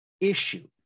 issue